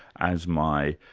as my